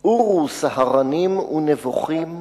"עורו, סהרנים ונבוכים!